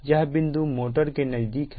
यह बिंदु मोटर के नजदीक है